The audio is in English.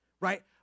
right